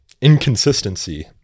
inconsistency